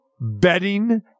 betting